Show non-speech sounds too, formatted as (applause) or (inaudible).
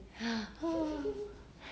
(noise) !wah!